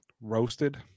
Roasted